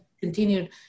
Continued